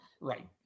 Right